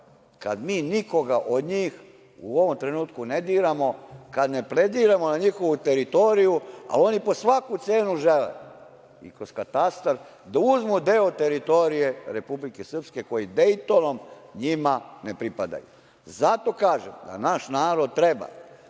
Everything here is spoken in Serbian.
kada mi nikoga od njih, u ovom trenutku ne diramo, kada ne plediramo na njihovu teritoriju, a oni po svaku cenu žele i kroz katastar da uzmu deo teritorije Republike Srpske, koji Dejtonom njima ne pripadaju. Zato kažem, da naš narod treba